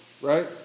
right